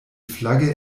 flagge